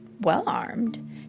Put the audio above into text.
well-armed